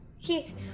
Keith